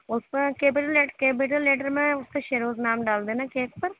اس پر capital letter میں اس پہ شہروز نام ڈال دینا کیک پر